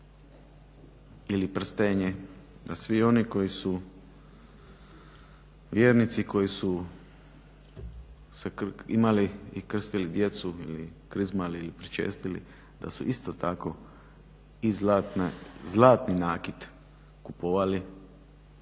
ili prstenje, da svi oni koji su vjernici, koji su se imali i krstili djecu, ili krizmali ili pričestili da su isto tako i zlatne, zlatni nakit kupovali.